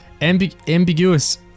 ambiguous